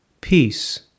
peace